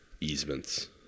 easements